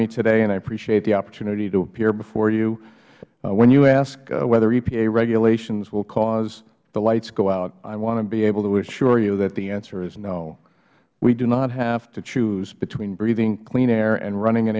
me today and i appreciate the opportunity to appear before you when you ask whether epa regulations will cause the lights to go out i want to be able to assure you that the answer is no we do not have to choose between breathing clean air and running an